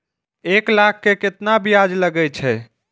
एक लाख के केतना ब्याज लगे छै?